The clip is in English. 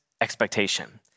expectation